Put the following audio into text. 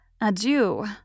Adieu